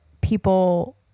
people